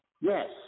Yes